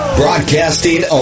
broadcasting